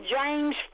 James